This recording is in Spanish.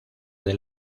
del